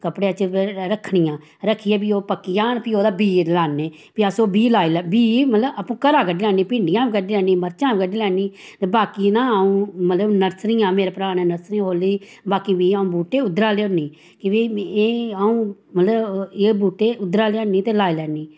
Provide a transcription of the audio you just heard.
कपड़ै च रक्खनियां रक्खियै फ्ही ओह् पक्की जान फ्ही ओह्दी बीऽ दलान्ने फ्ही अल ओह् बीऽ लाई बीऽ मतलव घरा कड्ढी लैन्नी भिंडियां बी कड्ढी लैन्नी मर्चां बी कड्ढी लैन्नी ते बाकी ना अ''ऊं मतलव नर्सरीआं मेरे भ्राऽ ने नर्सरी खोल्ली दी बाकी बीऽ अऊं बूह्ट्टे उध्दरा की के ओह् अऊं मतलव एह् बूह्टे उध्दरा लोऔनी ते लाई लान्नी